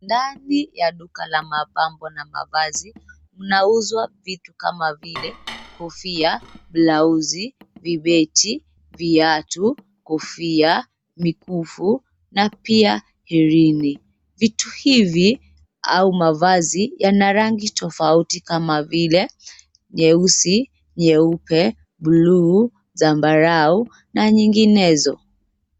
Ndani ya duka la mapambo na mavazi, mnauzwa vitu kama vile: kofia, blausi, vibeti, viatu, kofia, mikufu na pia herini. Vitu hivi au mavazi yana rangi tofauti kama vile: nyeusi, nyeupe, bluu, zambarau na nyinginezo.